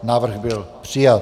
Návrh byl přijat.